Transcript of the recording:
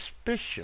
suspicious